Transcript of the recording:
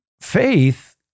Faith